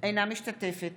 אינה משתתפת